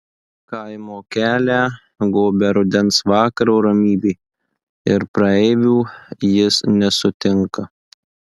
kaimo kelią gobia rudens vakaro ramybė ir praeivių jis nesutinka